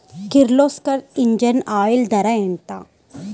Kirloskar engine oil ధర ఎంత?